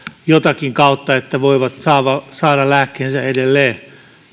jotakin kautta että voivat saada lääkkeensä edelleen